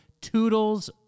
toodles